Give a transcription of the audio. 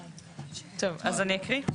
טוב, אז אני אקריא?